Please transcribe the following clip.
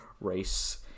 race